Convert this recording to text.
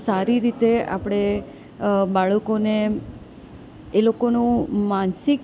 સારી રીતે આપણે બાળકોને એ લોકોનું માનસિક